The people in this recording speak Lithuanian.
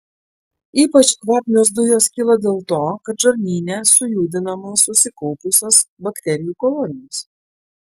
ypač kvapnios dujos kyla dėl to kad žarnyne sujudinamos susikaupusios bakterijų kolonijos